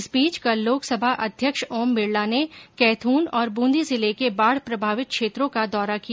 इस बीच कल लोकसभा अध्यक्ष ओम बिरला ने कैथ्न और बूंदी जिले के बाढ़ प्रभावित क्षेत्रों का दौरा किया